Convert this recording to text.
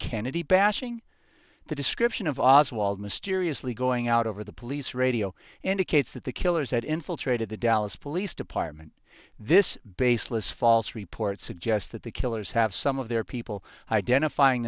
kennedy bashing the description of oswald mysteriously going out over the police radio indicates that the killers had infiltrated the dallas police department this baseless false report suggests that the killers have some of their people identifying